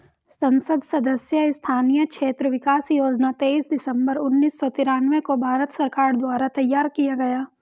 संसद सदस्य स्थानीय क्षेत्र विकास योजना तेईस दिसंबर उन्नीस सौ तिरान्बे को भारत सरकार द्वारा तैयार किया गया